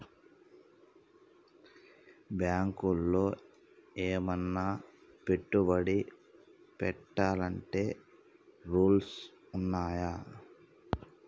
బ్యాంకులో ఏమన్నా పెట్టుబడి పెట్టాలంటే రూల్స్ ఉన్నయా?